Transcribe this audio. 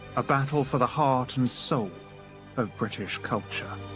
a battle for the heart and soul of british culture.